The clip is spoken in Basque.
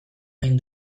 egin